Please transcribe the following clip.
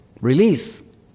release